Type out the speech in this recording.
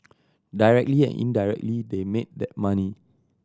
directly and indirectly they made that money